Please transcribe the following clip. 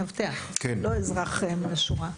לא אזרח מן השורה,